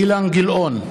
אילן גילאון,